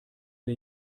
wir